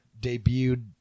debuted